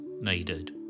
Needed